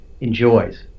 enjoys